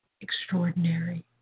Extraordinary